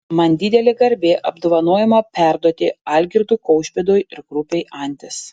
man didelė garbė apdovanojimą perduoti algirdui kaušpėdui ir grupei antis